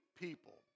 people